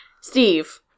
Steve